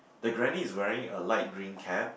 the granny is wearing a light green cap